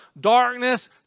darkness